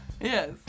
Yes